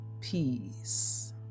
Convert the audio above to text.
Peace